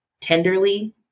tenderly